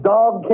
Dog